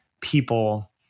people